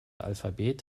alphabet